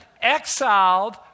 exiled